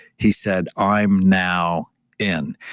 he said, i'm now in.